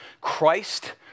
Christ